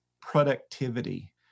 productivity